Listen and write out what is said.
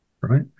right